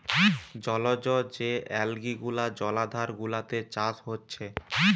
জলজ যে অ্যালগি গুলা জলাধার গুলাতে চাষ হচ্ছে